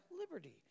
liberty